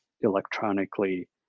electronically